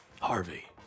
Harvey